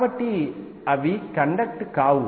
కాబట్టి అవి కండక్ట్ కావు